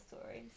stories